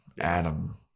Adam